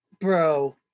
bro